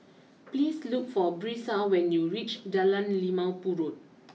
please look for Brisa when you reach Jalan Limau Purut